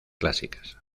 clásicas